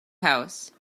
house